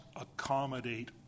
accommodate